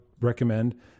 recommend